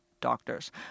doctors